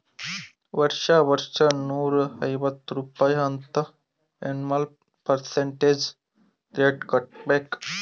ವರ್ಷಾ ವರ್ಷಾ ನೂರಾ ಐವತ್ತ್ ರುಪಾಯಿ ಅಂತ್ ಎನ್ವಲ್ ಪರ್ಸಂಟೇಜ್ ರೇಟ್ ಕಟ್ಟಬೇಕ್